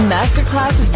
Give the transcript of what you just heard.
Masterclass